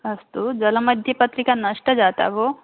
अस्तु जलमध्ये पत्रिका नष्टा जाता भोः